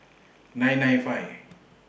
nine nine five